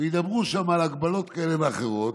וידברו שם על הגבלות כאלה ואחרות,